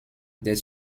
des